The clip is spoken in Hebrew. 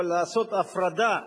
אבל לעשות הפרדה,